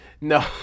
No